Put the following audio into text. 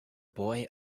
boy